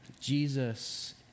Jesus